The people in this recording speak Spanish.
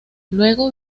luego